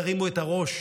תרימו את הראש,